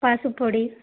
పసుపు పొడి